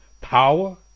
Power